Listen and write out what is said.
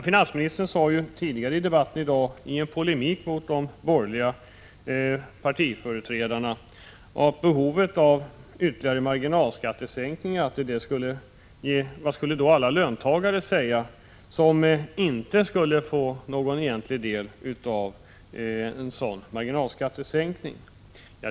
Finansministern sade tidigare i debatten i dag i polemik med de borgerliga partiföreträdarna om behovet av ytterligare marginalskattesänkningar: Vad skulle då alla löntagare säga som inte skulle få någon egentlig del av en sådan marginalskattesänkning?